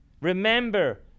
remember